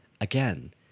again